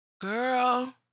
Girl